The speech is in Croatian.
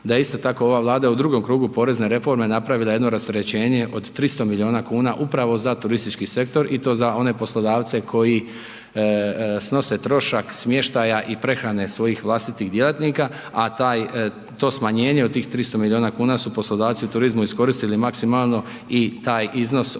da je isto tako ova Vlada u drugom krugu porezne reforme napravila jedno rasterećenje od 300 milijuna kuna upravo za turistički sektor i to za one poslodavce koji snose trošak smještaja i prehrane svojih vlastitih djelatnika, a to smanjenje od tih 300 milijuna kuna su poslodavci u turizmu iskoristili maksimalno i taj iznos odnosno